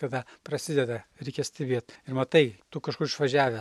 kada prasideda reikia stebėt ir matai tu kažkur išvažiavęs